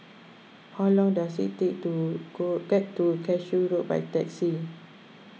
how long does it take to go get to Cashew Road by taxi